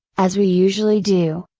as we usually do,